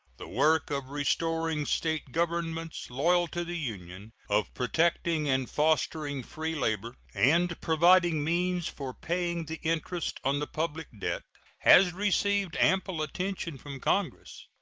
the work of restoring state governments loyal to the union, of protecting and fostering free labor, and providing means for paying the interest on the public debt has received ample attention from congress.